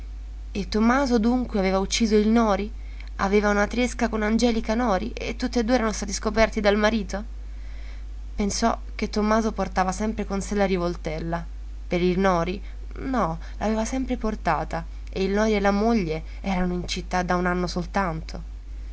e tommaso dunque aveva ucciso il nori aveva una tresca con angelica nori e tutt'e due erano stati scoperti dal marito pensò che tommaso portava sempre con sé la rivoltella per il nori no l'aveva sempre portata e il nori e la moglie erano in città da un anno soltanto